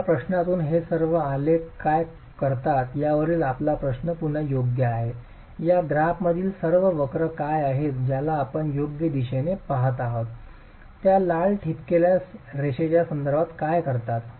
या प्रश्नातून हे सर्व आलेख काय करतात यावरील आपला प्रश्न पुन्हा योग्य आहे या ग्राफमधील सर्व वक्र काय आहेत ज्याला आपण योग्य दिशेने पहात आहोत त्या लाल ठिपकलेल्या रेषेच्या संदर्भात करतात